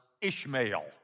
Ishmael